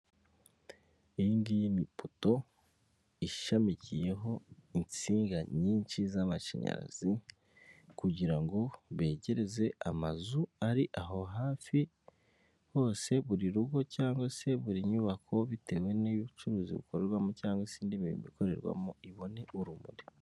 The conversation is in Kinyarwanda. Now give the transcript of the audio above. Iyi ni ipoto ishamikiyeho insinga nyinshi z'amashanyarazi kugira ngo begereze amazu ari aho hafi hose, buri rugo cyangwa se buri nyubako bitewe n'ubucuruzi bukorerwamo cyangwa se indi mirimo ikorerwamo ibone urumuri.